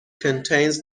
contains